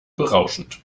berauschend